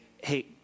hey